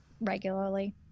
regularly